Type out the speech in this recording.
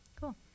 cool